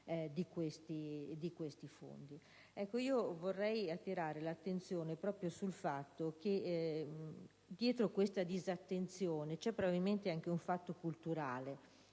Ecco, io vorrei attrarre l'attenzione sul fatto che dietro a questa disattenzione c'è probabilmente anche un fatto culturale: